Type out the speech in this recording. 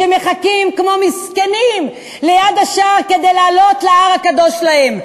שמחכים כמו מסכנים ליד השער כדי לעלות להר הקדוש להם?